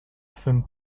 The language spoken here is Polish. twym